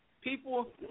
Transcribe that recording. People